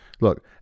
look